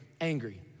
angry